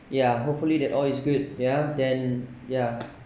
yeah hopefully that all is good yeah then yeah